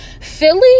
Philly